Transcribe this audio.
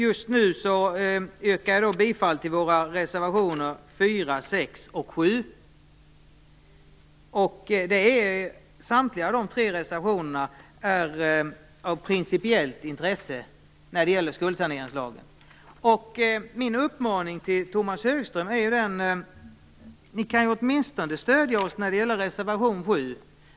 Just nu yrkar jag bifall till våra reservationer 4, 6 och 7. Samtliga dessa tre reservationer är av principiellt intresse när det gäller skuldsaneringslagen. Min uppmaning till Tomas Högström är: Ni kan åtminstone stödja oss när det gäller reservation 7.